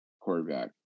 quarterback